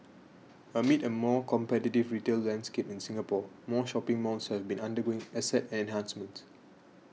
amid a more competitive retail landscape in Singapore more shopping malls have been undergoing asset enhancements